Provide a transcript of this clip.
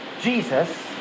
Jesus